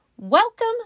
Welcome